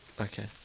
Okay